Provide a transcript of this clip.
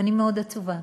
ואני מאוד עצובה.